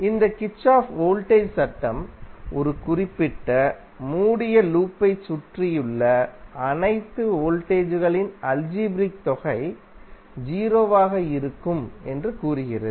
இந்த கிர்ச்சோஃப்பின் வோல்டேஜ் சட்டம் ஒரு குறிப்பிட்ட மூடிய லூப்பைச் சுற்றியுள்ள அனைத்து வோல்டேஜ் ங்களின் அல்ஜீப்ரிக் தொகை 0 ஆக இருக்கும் என்று கூறுகிறது